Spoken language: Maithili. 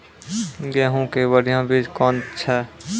गेहूँ के बढ़िया बीज कौन छ?